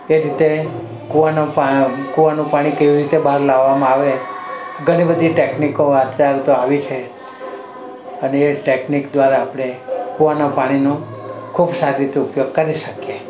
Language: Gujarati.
એ રીતે કૂવાનું કૂવાનું પાણી કેવી રીતે બહાર લાવવામાં આવે ઘણી બધી ટેકનિકો અત્યારે તો આવી છે અને એ ટેકનિક દ્વારા આપણે કૂવાનાં પાણીનું ખૂબ સારી રીતે ઉપયોગ કરી શકીએ